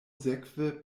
sekve